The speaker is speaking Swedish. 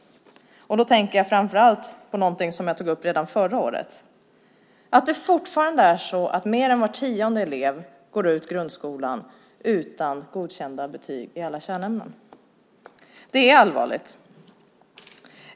Jag tänker framför allt på något som jag tog upp redan förra året, nämligen att mer än var tionde elev fortfarande går ut grundskolan utan godkända betyg i alla kärnämnen. Det är allvarligt.